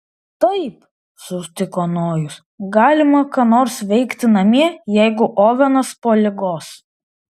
taip sutiko nojus galima ką nors veikti namie jeigu ovenas po ligos